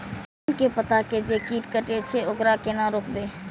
धान के पत्ता के जे कीट कटे छे वकरा केना रोकबे?